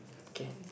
okay